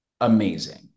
amazing